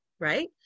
right